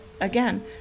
Again